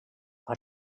what